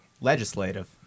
Legislative